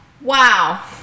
wow